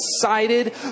decided